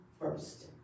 first